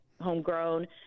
homegrown